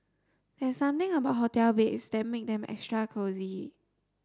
there's something about hotel beds that make them extra cosy